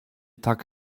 tak